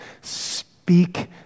Speak